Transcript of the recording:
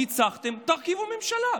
ניצחתם, תרכיבו ממשלה.